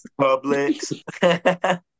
Publix